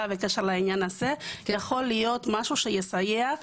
בעניין הזה יכול להיות משהו שיסייע.